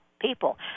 people